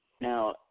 Now